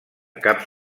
cap